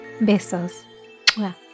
besos